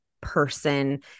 person